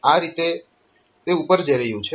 અને આ રીતે ઉપર જઇ રહ્યું છે